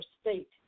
state